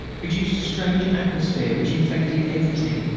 produced a strange atmosphere which infected everything,